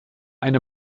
eine